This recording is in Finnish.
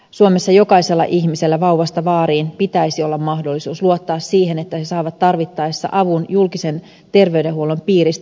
suomessa jokaisella ihmisellä vauvasta vaariin pitäisi olla mahdollisuus luottaa siihen että he saavat tarvittaessa avun julkisen terveydenhuollon piiristä